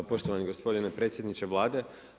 Poštovani gospodine predsjedniče Vlade.